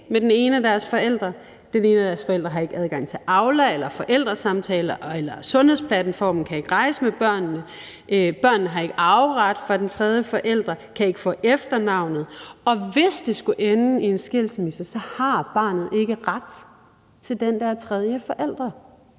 med den ene af deres forældre; den ene af deres forældre har ikke adgang til Aula, forældresamtaler eller Sundhedsplatformen og kan ikke rejse med børnene; børnene har ikke arveret efter den tredje forældre og kan ikke få efternavnet. Og hvis det skulle ende i en skilsmisse, har barnet ikke ret til den der tredje forældre,